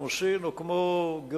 כמו סין או כמו גרמניה.